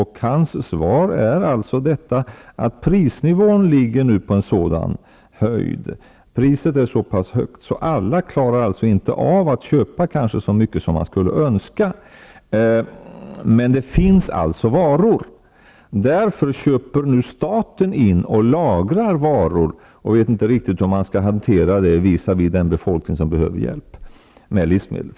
Hans svar var alltså att prisnivån nu är så hög att alla inte klarar av att köpa så mycket som de skulle önska. Men det finns varor. Därför köper nu staten in varor och lagrar, och man vet inte riktigt hur man skall hantera detta visavi den befolkning som behöver hjälp med livsmedel.